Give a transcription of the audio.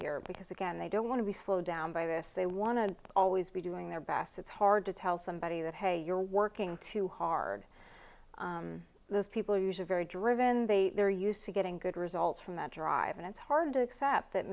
hear because again they don't want to be slowed down by this they want to always be doing their best it's hard to tell somebody that hey you're working too hard those people are usually very driven they are used to getting good results from that drive and it's hard to accept that